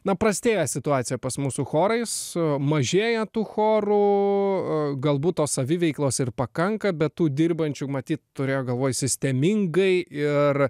na prastėja situacija pas mus su chorais mažėja tų chorų o galbūt tos saviveiklos ir pakanka bet tų dirbančių matyt turėjo galvoj sistemingai ir